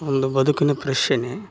ಒಂದು ಬದುಕಿನ ಪ್ರಶ್ನೆ